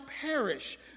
perish